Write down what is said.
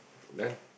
then